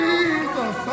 Jesus